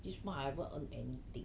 this month I haven't earn anything